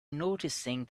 noticing